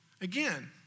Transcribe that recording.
Again